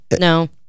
No